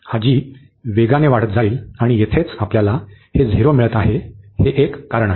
हा g वेगाने वाढत जाईल आणि येथेच आपल्याला हे झिरो मिळत आहे हे एक कारण आहे